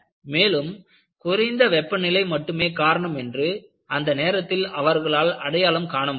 மேலும் குறைந்த வெப்பநிலை மட்டுமே காரணம் என்று அந்த நேரத்தில் அவர்களால் அடையாளம் காண முடிந்தது